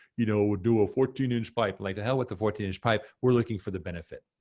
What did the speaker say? you know, we'll do a fourteen inch pipe. like, to hell with the fourteen inch pipe. we're looking for the benefit.